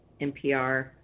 NPR